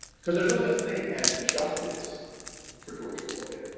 because there's no such thing as justice for george floyd. ah